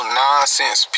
nonsense